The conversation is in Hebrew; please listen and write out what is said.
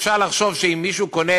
אפשר לחשוב שאם מישהו יקנה